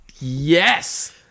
Yes